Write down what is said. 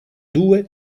due